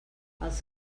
els